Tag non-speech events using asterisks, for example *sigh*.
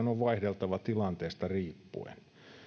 *unintelligible* on vaihdeltava tilanteesta riippuen